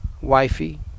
wifey